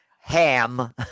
ham